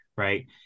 Right